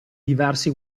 diversi